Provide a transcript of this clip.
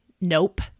nope